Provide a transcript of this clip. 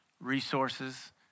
resources